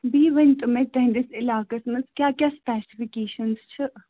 بیٚیہِ ؤنِۍتَو مےٚ تُہٕنٛدِس عَلاقَس منٛز کیٛاہ کیٛاہ سِپیسِفِکیٚشنٛز چھِ